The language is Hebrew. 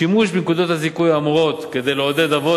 שימוש בנקודות הזיכוי האמורות כדי לעודד אבות